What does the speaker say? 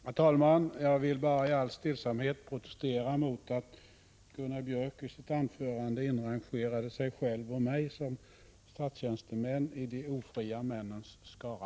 Herr talman! Jag vill bara i all stillsamhet protestera mot att Gunnar Biörck i Värmdö i sitt anförande inrangerade sig själv och mig som statstjänstemän i de ofria männens skara.